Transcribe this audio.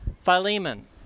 Philemon